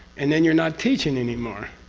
and then you're not teaching anymore.